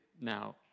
now